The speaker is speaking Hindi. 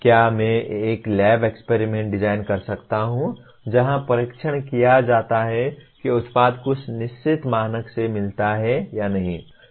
क्या मैं एक लैब एक्सपेरिमेंट डिजाइन कर सकता हूं जहां परीक्षण किया जाता है कि उत्पाद कुछ निश्चित मानक से मिलता है या नहीं